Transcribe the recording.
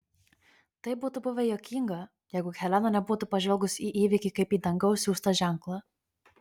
tai būtų buvę juokinga jeigu helena nebūtų pažvelgus į įvykį kaip į dangaus siųstą ženklą